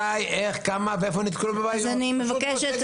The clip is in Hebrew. אני מבקשת